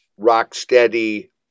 Rocksteady